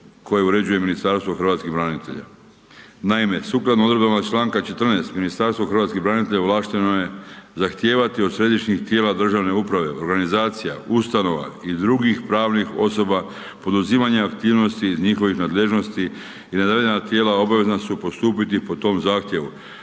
koje uređuje Ministarstvo hrvatskih branitelja. Naime, sukladno odredbama članka 14. Ministarstvo hrvatskih branitelja ovlašteno je zahtijevati od središnjih tijela državne uprave, organizacija, ustanova i dr. pravnih osoba poduzimanje aktivnosti iz njihovih nadležnosti i navedena tijela obavezna su postupiti po tom zahtjevu